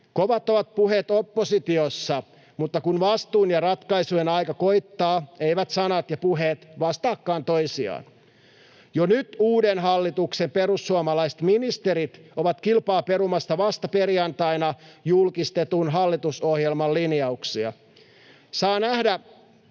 Kovat ovat puheet oppositiossa, mutta kun vastuun ja ratkaisujen aika koittaa, eivät sanat ja puheet vastaakaan toisiaan. Jo nyt uuden hallituksen perussuomalaiset ministerit ovat kilpaa perumassa vasta perjantaina julkistetun hallitusohjelman linjauksia. Saa nähdä,